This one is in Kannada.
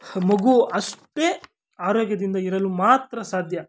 ಮಗು ಅಷ್ಟೇ ಆರೋಗ್ಯದಿಂದ ಇರಲು ಮಾತ್ರ ಸಾಧ್ಯ